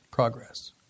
Progress